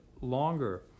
longer